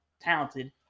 talented